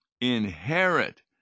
inherit